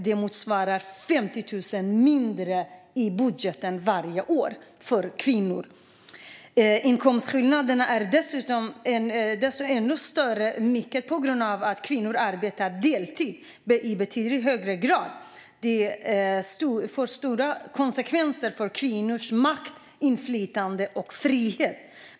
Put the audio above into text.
Det motsvarar 50 000 kronor mindre i budgeten varje år för kvinnor. Inkomstskillnaderna är också stora mycket på grund av att kvinnor arbetar deltid i betydligt högre grad. Det får stora konsekvenser för kvinnors makt, inflytande och frihet.